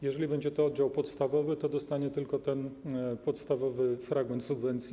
Jeżeli będzie to oddział podstawowy, to dostanie tylko ten podstawowy fragment subwencji.